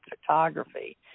photography